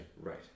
Right